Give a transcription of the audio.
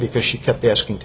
because she kept asking to